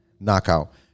knockout